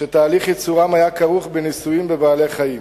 שתהליך ייצורם היה כרוך בניסויים בבעלי-חיים.